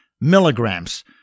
milligrams